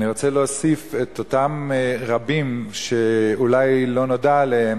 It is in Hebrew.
אני רוצה להוסיף את אותם רבים שאולי לא נודע עליהם,